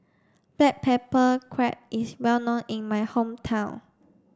black pepper crab is well known in my hometown